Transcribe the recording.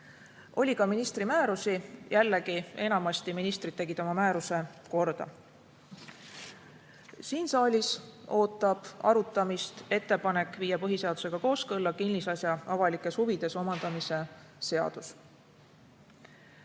Oli ka ministri määrusi, mis jällegi enamasti korda tehti. Siin saalis ootab arutamist ettepanek viia põhiseadusega kooskõlla kinnisasja avalikes huvides omandamise seadus.